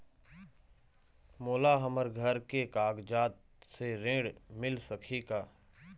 मोला हमर घर के कागजात से ऋण मिल सकही का?